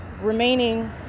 remaining